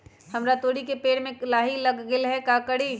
हमरा तोरी के पेड़ में लाही लग गेल है का करी?